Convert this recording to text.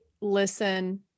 listen